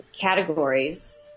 categories